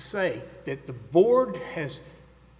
say that the board has